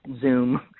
Zoom